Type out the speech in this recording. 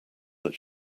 that